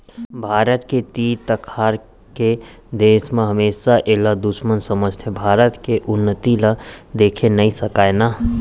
भारत के तीर तखार के देस मन हमेसा एला दुस्मन समझथें भारत के उन्नति ल देखे नइ सकय ना